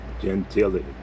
gentility